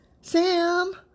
Sam